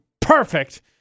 perfect